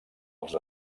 els